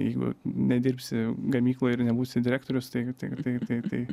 jeigu nedirbsi gamykloj ir nebūsi direktorius tai tai tai tai tai